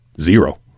Zero